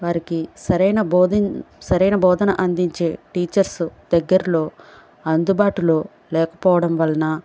వారికి సరైన బోధన అందించే టీచర్స్ దగ్గరలో అందుబాటులో లేకపోవడం వలన